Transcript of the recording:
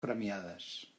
premiades